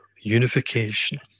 unification